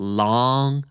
long